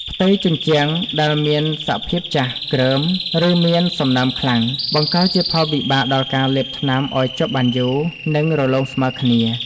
ផ្ទៃជញ្ជាំងដែលមានសភាពចាស់ គ្រើម ឬមានសំណើមខ្លាំង បង្កជាផលវិបាកដល់ការលាបថ្នាំឱ្យជាប់បានយូរ និងរលោងស្មើគ្នា។